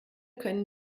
können